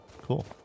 cool